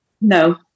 No